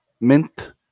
mint